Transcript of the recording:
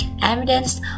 evidence